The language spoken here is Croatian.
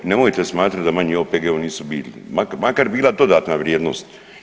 Nemojte smatrati da manji OPG-ovi nisu bitni, makar bila dodatna vrijednost.